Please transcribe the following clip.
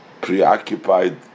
preoccupied